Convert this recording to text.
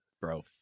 bro